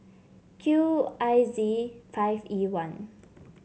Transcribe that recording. Q I Z five E one